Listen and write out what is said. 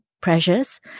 pressures